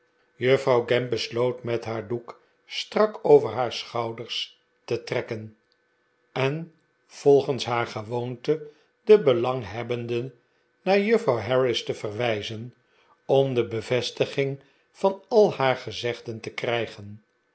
juffrouw gamp besloot met haar doek strak over haar schouders te trekken en volgens haar gewoonte de belanghebbenden naar juffrouw harris te verwijzen om de bevestiging van al haar gezegden te krijgen